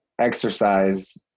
exercise